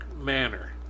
manner